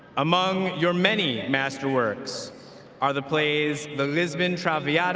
among your many master works are the plays the lisbon traviata